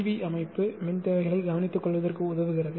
we அமைப்பு மின் தேவைகளை கவனித்துக்கொள்வதற்கு உதவுகிறது